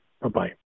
bye-bye